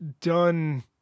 done